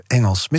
Engels